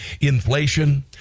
inflation